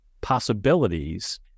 possibilities